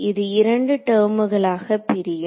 இது இரண்டு டெர்முகளாக பிரியம்